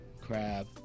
crab